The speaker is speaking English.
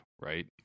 right